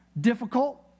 difficult